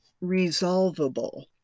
resolvable